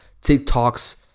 TikTok's